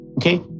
Okay